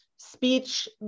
speech